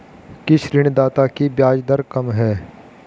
किस ऋणदाता की ब्याज दर कम है?